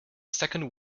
second